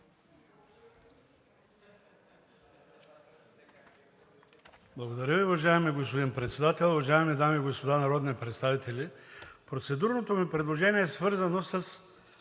Благодаря, уважаеми господин Председател. Уважаеми дами и господа народни представители! Процедурното ми предложение е свързано с